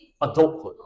adulthood